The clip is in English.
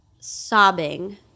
sobbing